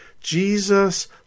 Jesus